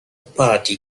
party